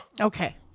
Okay